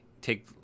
take